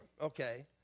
okay